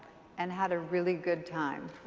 and had a really good time.